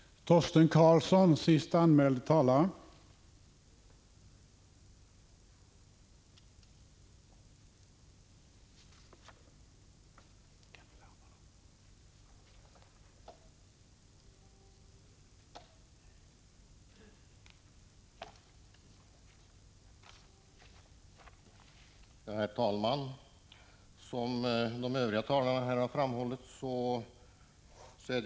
MEReNeNRNertaR: